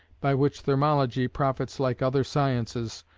by which thermology profits like other sciences,